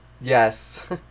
Yes